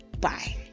bye